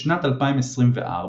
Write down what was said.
בשנת 2024,